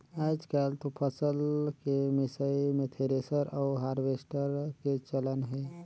आयज कायल तो फसल के मिसई मे थेरेसर अउ हारवेस्टर के चलन हे